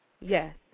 Yes